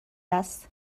است